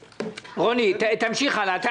רוני, תמשיך הלאה.